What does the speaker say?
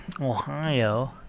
Ohio